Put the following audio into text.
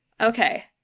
Okay